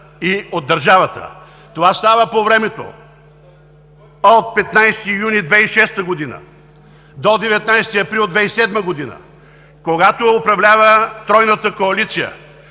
и от държавата. Това става по времето от 15 юни 2006 г. до 19 април 2007 г., когато управлява тройната коалиция,